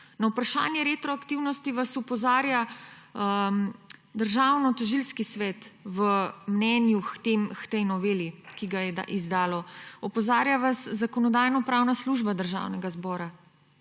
Na vprašanje retroaktivnosti vas opozarja Državnotožilski svet v mnenju k tej noveli, ki ga je izdalo. Opozarja vas Zakonodajno-pravna služba Državnega zbora,